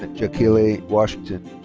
ah jo'kelei washington.